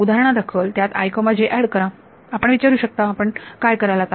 उदाहरणादाखल त्यात एड करा आपण विचारू शकता आपण काय कराल आता